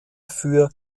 für